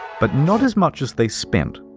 but not as much as they spent.